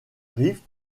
rift